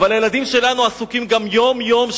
אבל הילדים שלנו עסוקים יום-יום,